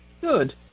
Good